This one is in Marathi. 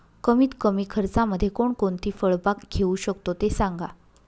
कमीत कमी खर्चामध्ये कोणकोणती फळबाग घेऊ शकतो ते सांगा